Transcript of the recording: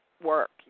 work